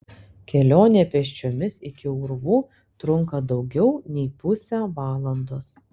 kelionė pėsčiomis iki urvų trunka daugiau nei pusę valandos